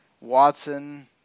Watson